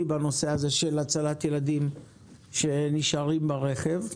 בנושא הזה של הצלת ילדים שנשארים ברכב.